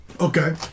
Okay